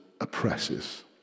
oppresses